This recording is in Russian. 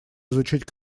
изучить